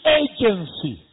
agency